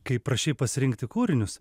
kai prašei pasirinkti kūrinius